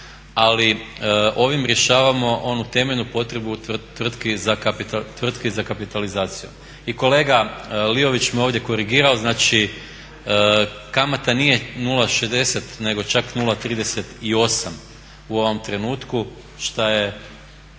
ali ovim rješavamo onu temeljnu potrebu tvrtki za kapitalizaciju. I kolega Liović me ovdje korigirao, znači kamata nije 0,60 nego čak 0,38 u ovom trenutku što je